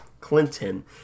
Clinton